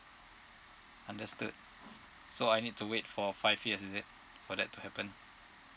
understood so I need to wait for five years is it for that to happen